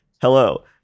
hello